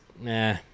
nah